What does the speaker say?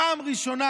פעם ראשונה